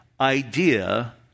idea